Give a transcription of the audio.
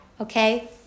okay